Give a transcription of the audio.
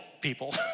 people